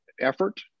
effort